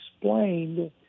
explained